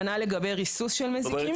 כנ"ל לגבי ריסוס של מזיקים.